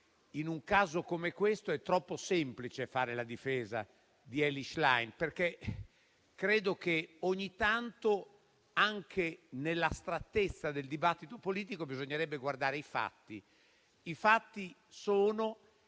in un caso come questo è troppo semplice fare la difesa di Elly Schlein, perché credo che ogni tanto, anche nell'astrattezza del dibattito politico, bisognerebbe guardare i fatti. I fatti sono